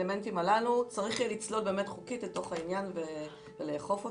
צריך לצלול חוקית לתוך העניין ולאכוף אותו.